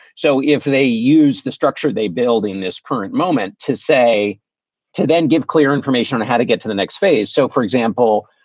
so if they use the structure they build in this current moment to say to then give clear information on how to get to the next phase. so, for example,